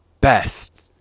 best